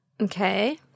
Okay